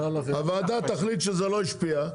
הוועדה תחליט שזה לא השפיע,